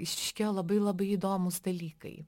išryškėjo labai labai įdomūs dalykai